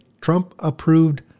Trump-approved